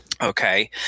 okay